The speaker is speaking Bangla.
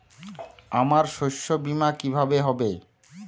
আমার শস্য বীমা কিভাবে হবে?